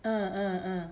uh uh uh